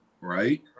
right